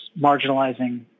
marginalizing